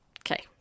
Okay